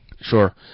Sure